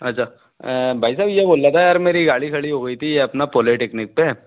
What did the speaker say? अच्छा भाई साहब ये बोल रहा था यार मेरी गाली खड़ी हो गई थी ये अपना पोलेटेक्नीक पर